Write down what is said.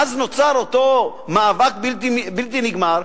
ואז נוצר אותו מאבק בלתי נגמר,